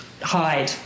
hide